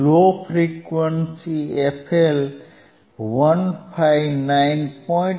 law frequency fL 159